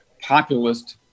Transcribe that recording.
populist